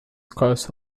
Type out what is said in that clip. course